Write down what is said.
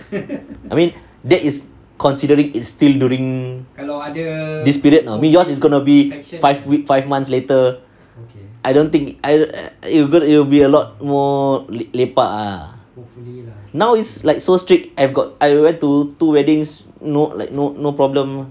I mean that is considering is still during this period ah I mean yours is going to be five week five months later I don't think it'll be a lot more lepak ah now it's like so strict I've got I went to two weddings no like no no problem